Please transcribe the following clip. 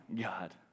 God